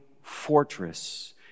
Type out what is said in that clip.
fortress